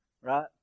Right